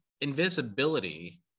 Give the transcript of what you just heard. invisibility